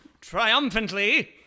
triumphantly